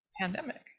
Pandemic